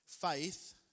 Faith